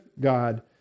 God